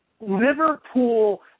Liverpool